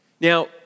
Now